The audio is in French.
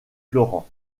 florent